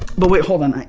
but wait, hold on,